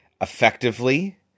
effectively